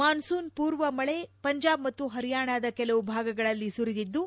monsoon ಪೂರ್ವ ಮಳೆ ಪಂಜಾಬ್ ಮತ್ತು ಪರಿಯಾಣದ ಕೆಲವು ಭಾಗಗಳಲ್ಲಿ ಸುರಿದಿದ್ದು